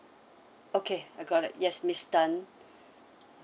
okay I got it yes miss tan